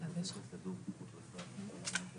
צריכה להיות הגדרה ברורה, אחרת